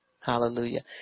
Hallelujah